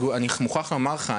כבוד היושב ראש אני חייב לומר לך,